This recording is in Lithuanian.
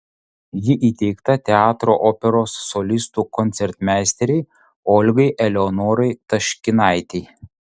ji įteikta teatro operos solistų koncertmeisterei olgai eleonorai taškinaitei